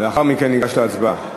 לאחר מכן ניגש להצבעה.